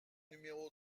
numéro